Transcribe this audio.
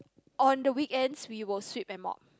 on the weekends we will sweep and mop